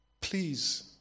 Please